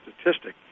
statistic